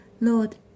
Lord